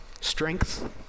strength